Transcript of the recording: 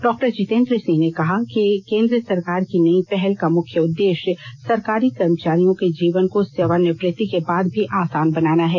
डॉ जितेंद्र सिंह ने कहा कि केंद्र सरकार की नई पहल का मुख्य उद्देश्य सरकारी कर्मचारियों के जीवन को सेवानिवृत्ति के बाद भी आसान बनाना है